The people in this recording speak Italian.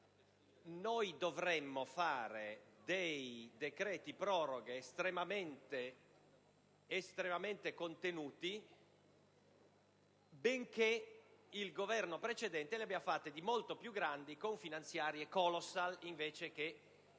noi dovremmo fare dei decreti di proroga estremamente contenuti, benché il Governo precedente ne abbia fatti di molto più grandi, con finanziarie *colossal*, invece che con una